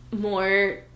More